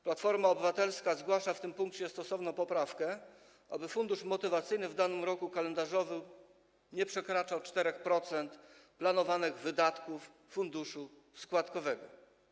Platforma Obywatelska zgłasza w tym punkcie stosowną poprawkę, aby fundusz motywacyjny w danym roku kalendarzowym nie przekraczał 4% planowanych wydatków funduszu składowego.